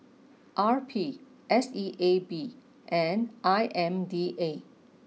R P S E A B and I M D A